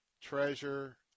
treasure